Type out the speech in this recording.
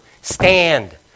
stand